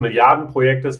milliardenprojektes